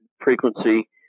frequency